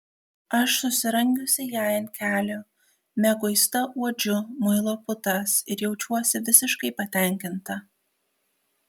aš susirangiusi jai ant kelių mieguista uodžiu muilo putas ir jaučiuosi visiškai patenkinta